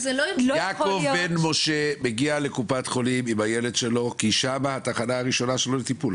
יעקב בן משה מגיע לקופת חולים עם הילד שלו כי שם התחנה הראשונה לטיפול,